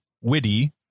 witty